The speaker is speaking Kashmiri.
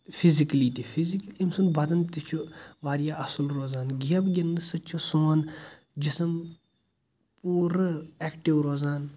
فیٚزِکٔلی تہِ فیٚزِکٔلی أمۍ سُنٛد بدن تہِ چھُ واریاہ اصل روزان گیمہٕ گنٛدنہٕ سۭتۍ چھِ سون جسم پوٗرٕ ایٚکٹو روزان